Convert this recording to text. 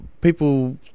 people